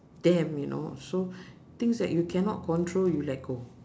them you know so things that you cannot control you let go